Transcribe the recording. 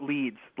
Leads